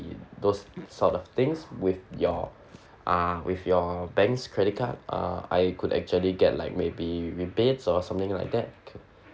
those sort of things with your ah with your bank's credit card uh I could actually get like maybe rebates or something like that